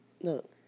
Look